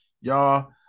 y'all